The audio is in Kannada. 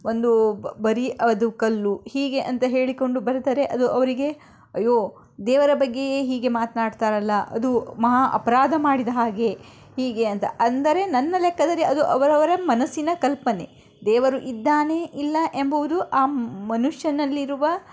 ಒಂದು ಬರಿ ಅದು ಕಲ್ಲು ಹೀಗೆ ಅಂತ ಹೇಳಿಕೊಂಡು ಬರೆದರೆ ಅದು ಅವರಿಗೆ ಅಯ್ಯೋ ದೇವರ ಬಗ್ಗೆಯೇ ಹೀಗೆ ಮಾತನಾಡ್ತಾರಲ್ಲ ಅದು ಮಹಾ ಅಪರಾಧ ಮಾಡಿದ ಹಾಗೆ ಹೀಗೆ ಅಂತ ಅಂದರೆ ನನ್ನ ಲೆಕ್ಕದಲ್ಲಿ ಅದು ಅವರವರ ಮನಸ್ಸಿನ ಕಲ್ಪನೆ ದೇವರು ಇದ್ದಾನೆ ಇಲ್ಲ ಎಂಬುವುದು ಆ ಮನುಷ್ಯನಲ್ಲಿರುವ